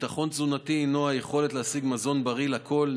ביטחון תזונתי הוא היכולת להשיג מזון בריא לכול.